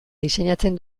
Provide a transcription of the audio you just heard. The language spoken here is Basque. diseinatzen